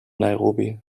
nairobi